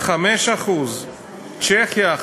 5%. צ'כיה,